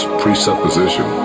presupposition